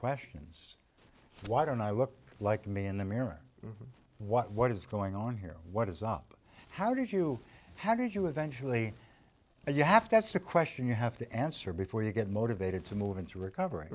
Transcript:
questions why don't i look like me in the mirror what what is going on here what is up how did you how did you eventually but you have to ask the question you have to answer before you get motivated to move into recover